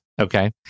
Okay